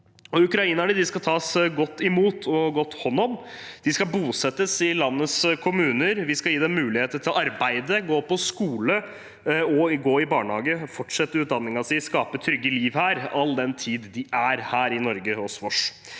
Ukrainerne skal tas godt imot og godt hånd om. De skal bosettes i landets kommuner. Vi skal gi dem muligheter til å arbeide, gå på skole og i barnehage, fortsette utdanningen sin og skape et trygt liv all den tid de er her i Norge hos oss.